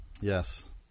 Yes